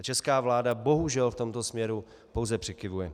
Česká vláda bohužel v tomto směru pouze přikyvuje.